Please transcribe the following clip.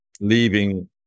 leaving